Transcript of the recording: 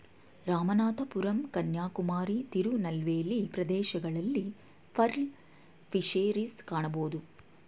ರಾಮನಾಥಪುರಂ ಕನ್ಯಾಕುಮಾರಿ, ತಿರುನಲ್ವೇಲಿ ಪ್ರದೇಶಗಳಲ್ಲಿ pearl fisheries ಕಾಣಬೋದು